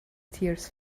tears